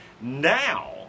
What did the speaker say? Now